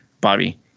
Bobby